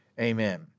Amen